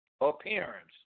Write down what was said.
appearance